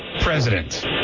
president